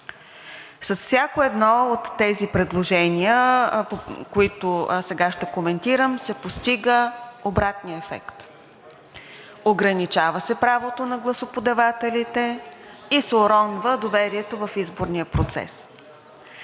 С всяко едно от тези предложения, които сега ще коментирам, се постига обратният ефект, ограничава се правото на гласоподавателите и се уронва доверието в изборния процес.